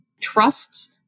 trusts